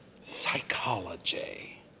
psychology